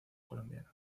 colombiano